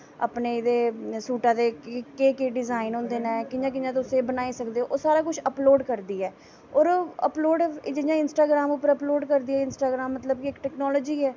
अपने एह्दे सूटा दे केह् केह् डिज़ाईन होंदे न कि'यां कि'यां बनाई सकदे न सारा कुश अपलोड़ करदी ऐ और ओह् इंस्टाग्राम पर अपलोड़ करदी ऐ इंमस्टाग्राम मतलब कि इक टैकनालजी ऐ